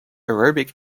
aerobic